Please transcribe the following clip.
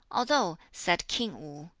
although, said king wu,